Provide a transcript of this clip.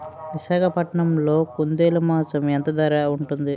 విశాఖపట్నంలో కుందేలు మాంసం ఎంత ధర ఉంటుంది?